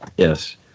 Yes